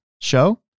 show